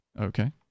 Okay